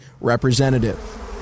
representative